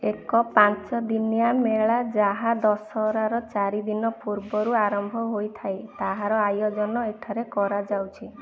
ଏକ ପାଞ୍ଚଦିନିଆ ମେଳା ଯାହା ଦଶହରାର ଚାରି ଦିନ ପୂର୍ବରୁ ଆରମ୍ଭ ହୋଇଥାଏ ତାହାର ଆୟୋଜନ ଏଠାରେ କରାଯାଉଛି